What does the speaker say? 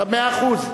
מאה אחוז.